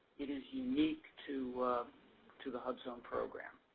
it is unique to to the hubzone program.